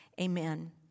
Amen